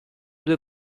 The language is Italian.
due